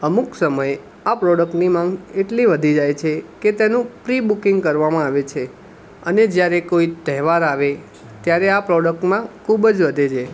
અમુક સમયે આ પ્રોડક્ટની માગ એટલી વધી જાય છે કે તેનું પ્રી બુકિંગ કરવામાં આવે છે અને જયારે કોઈ તહેવાર આવે ત્યારે આ પ્રોડક્ટમાં ખૂબ જ વધે છે